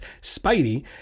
Spidey